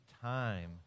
Time